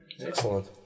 Excellent